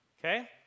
Okay